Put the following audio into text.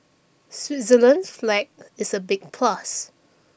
Switzerland's flag is a big plus